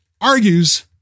argues